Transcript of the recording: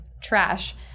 trash